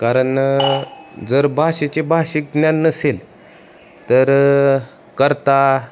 कारण जर भाषेचे भाषिक ज्ञान नसेल तर कर्ता